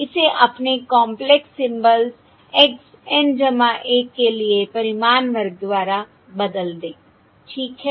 इसे अपने complex symbol x N 1 के लिए परिमाण वर्ग द्वारा बदल दें ठीक है